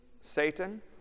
Satan